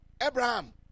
Abraham